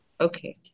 Okay